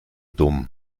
dumm